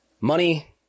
money